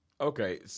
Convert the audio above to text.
Okay